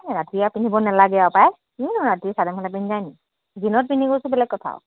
এ ৰাতি আৰু পিন্ধিব নেলাগে আৰু পায় কিনো ৰাতি চাদৰ মেখেলা পিন্ধি যায় নি দিনত পিন্ধি গৈছোঁ বেলেগ কথা